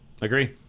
Agree